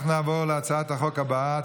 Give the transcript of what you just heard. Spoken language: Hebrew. אנחנו נעבור להצעת החוק הבאה,